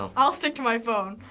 um i'll stick to my phone.